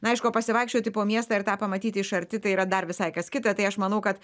na aišku o pasivaikščioti po miestą ir tą pamatyti iš arti tai yra dar visai kas kita tai aš manau kad